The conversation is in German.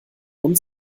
und